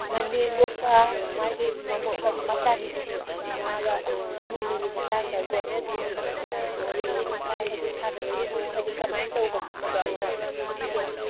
ꯃꯅꯦꯝꯕꯣꯛꯀ ꯃꯥꯒꯤ ꯃꯃꯧ ꯀꯩꯅꯣ ꯃꯆꯥꯅꯨꯄꯤꯒ ꯃꯥꯒ ꯏꯃꯣꯏꯅꯨꯒꯤ ꯃꯇꯥꯡꯗ ꯒꯣꯗꯗꯦꯁ ꯏꯃꯣꯏꯅꯨꯒꯤ ꯃꯇꯥꯡꯗ ꯋꯥꯔꯤ ꯋꯥꯇꯥꯏ ꯍꯥꯏꯗꯤ ꯁꯥꯟꯅꯕꯒꯤ ꯃꯑꯣꯡ ꯍꯥꯏꯗꯤ ꯀꯃꯥꯏꯅ ꯇꯧꯕ ꯈꯣꯠꯄꯗꯣ ꯑꯝꯇ ꯍꯥꯏꯕꯤꯒꯦꯔꯥ